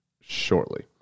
shortly